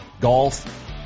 golf